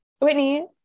Whitney